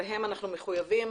להם אנחנו מחויבים,